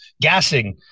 gassing